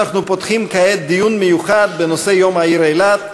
אנחנו פותחים כעת דיון מיוחד בנושא יום העיר אילת,